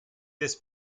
this